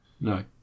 no